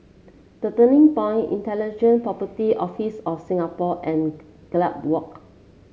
The Turning Point Intellectual Property Office of Singapore and Gallop Walk